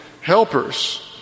helpers